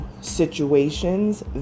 situations